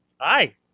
Hi